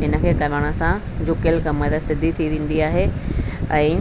हिनखे करण सां झुकियल कमर सिधी थी विंदी आहे ऐं